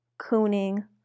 cooning